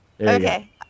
Okay